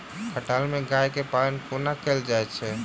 खटाल मे गाय केँ पालन कोना कैल जाय छै?